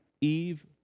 Eve